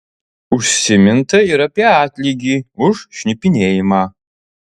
užsiminta ir apie atlygį už šnipinėjimą